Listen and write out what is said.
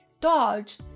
Dodge